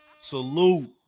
salute